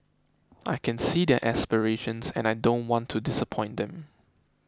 I can see their aspirations and I don't want to disappoint them